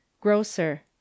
Grocer